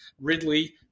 Ridley